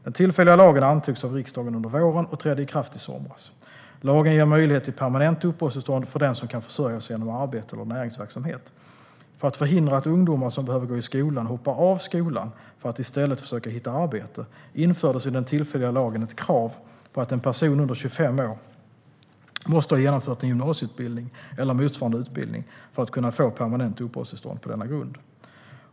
Den tillfälliga lagen antogs av riksdagen under våren och trädde i kraft i somras. Lagen ger möjlighet till permanent uppehållstillstånd för den som kan försörja sig genom arbete eller näringsverksamhet. För att förhindra att ungdomar som behöver gå i skolan hoppar av skolan för att i stället försöka hitta arbete, infördes i den tillfälliga lagen ett krav på att en person under 25 år måste ha genomfört en gymnasieutbildning eller motsvarande utbildning för att kunna få permanent uppehållstillstånd på denna grund.